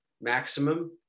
maximum